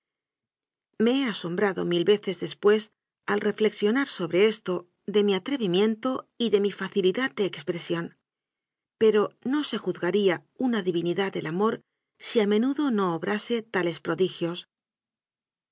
he asombrado mil veces después al reflexio nar sobre esto de mi atrevimiento y de mi faci lidad de expresión pero no se juzgaría una di vinidad el amor si a menudo no obrase tales